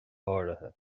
háirithe